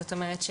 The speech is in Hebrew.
זאת אומרת,